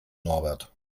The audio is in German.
norbert